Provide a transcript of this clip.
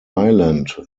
island